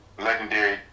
legendary